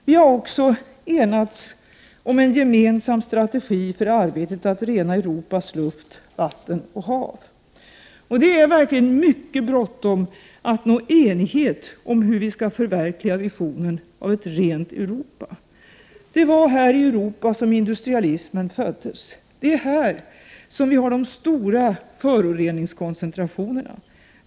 Vi har också enats om en gemensam strategi för arbetet att rena Europas luft, vatten och hav. Det är verkligen mycket bråttom att nå enighet om hur vi skall förverkliga visionen av ett rent Europa. Det var här i Europa som industrialismen föddes. Det är här som vi har de stora föroreningskoncentrationerna.